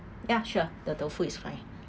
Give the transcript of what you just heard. ya sure the tofu is fine